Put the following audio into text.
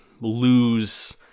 lose